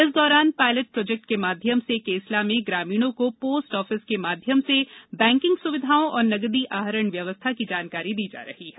इस दौरान pilot project के माध्यम से केसला में ग्रामीणों को स्थित पोस्ट ऑफिस के माध्यम से बैंकिंग सुविधाओं और नगदी आहरण व्यवस्था की जानकारी दी जा रही है